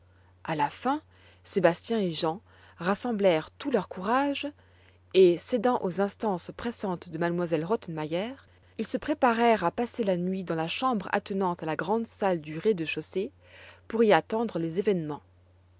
a la fin sébastien et jean rassemblèrent tout leur courage et cédant aux instances pressantes de m elle rottenmeier ils se préparèrent à passer la nuit dans la chambre attenante à la grande salle du rez-de-chaussée pour y attendre les événements